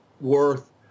worth